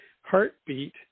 heartbeat